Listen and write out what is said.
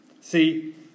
See